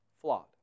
Flawed